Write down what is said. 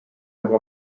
nagu